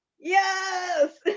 Yes